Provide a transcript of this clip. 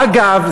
אגב,